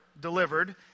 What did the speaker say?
delivered